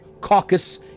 Caucus